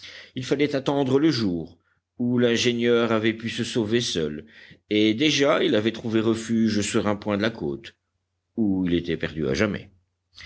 il fallait attendre le jour ou l'ingénieur avait pu se sauver seul et déjà il avait trouvé refuge sur un point de la côte ou il était perdu à jamais